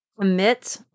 commit